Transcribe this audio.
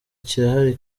kirahari